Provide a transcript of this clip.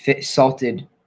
salted